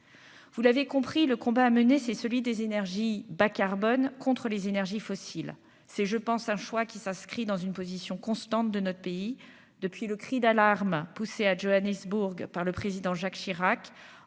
vous l'avez compris le combat à mener, c'est celui des énergies bas-carbone contres les énergies fossiles, c'est je pense un choix qui s'inscrit dans une position constante de notre pays depuis le cri d'alarme poussé à Johannesbourg, par le président Jacques Chirac